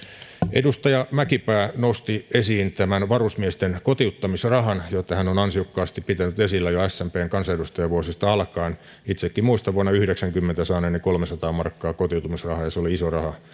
edustaja mäkipää nosti esiin varusmiesten kotiuttamisrahan jota hän on ansiokkaasti pitänyt esillä jo smpn kansanedustajavuosistaan alkaen itsekin muistan vuonna tuhatyhdeksänsataayhdeksänkymmentä saaneeni kolmesataa markkaa kotiutumisrahaa ja se oli silloin iso raha